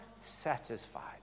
satisfied